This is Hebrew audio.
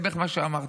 זה בערך מה שאמרת.